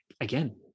again